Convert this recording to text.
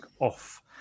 off